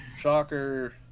shocker